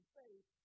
faith